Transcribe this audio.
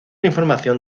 información